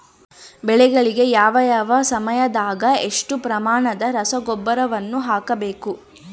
ಬೆಳೆಗಳಿಗೆ ಯಾವ ಯಾವ ಸಮಯದಾಗ ಎಷ್ಟು ಪ್ರಮಾಣದ ರಸಗೊಬ್ಬರವನ್ನು ಹಾಕಬೇಕು?